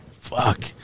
fuck